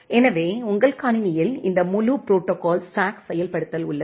எனவே உங்கள் கணினியில் இந்த முழு ப்ரோடோகால் ஸ்டாக் செயல்படுத்தல் உள்ளது